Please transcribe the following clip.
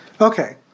Okay